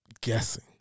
guessing